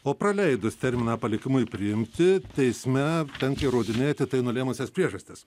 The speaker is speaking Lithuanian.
o praleidus terminą palikimui priimti teisme tenka įrodinėti tai nulėmusias priežastis